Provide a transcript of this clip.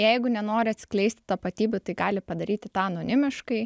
jeigu nenori atskleisti tapatybių tai gali padaryti tą anonimiškai